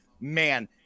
Man